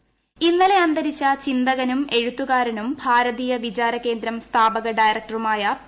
പരമേശ്വരൻ ഇന്നലെ അന്തരിച്ച ചിന്തകനും എഴുത്തുകാരനും ഭാരതീയ വിചാരകേന്ദ്രം സ്ഥാപക ഡയറക്ടറുമായ പി